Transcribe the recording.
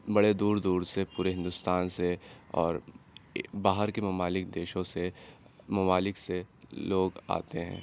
بڑے دور دور سے پورے ہندوستان سے اور باہر کے ممالک دیشوں سے ممالک سے لوگ آتے ہیں